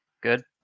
Good